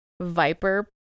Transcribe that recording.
Viper